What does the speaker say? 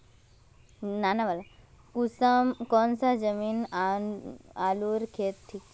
कौन खान जमीन आलूर केते ठिक?